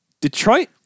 Detroit